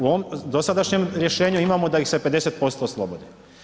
U ovom dosadašnjem rješenju imamo da ih se 50% oslobodi.